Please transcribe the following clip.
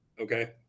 okay